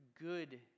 good